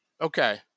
Okay